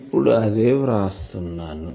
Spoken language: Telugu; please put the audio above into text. ఇప్పుడు అదే వ్రాస్తున్నాను